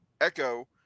Echo